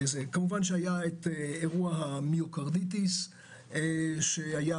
כמובן שהיה אירוע המיוקרדיטיס שהיה